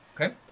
Okay